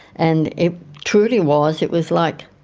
and it truly was, it was like,